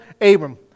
Abram